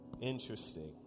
Interesting